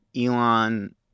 Elon